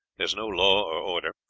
is no law or order.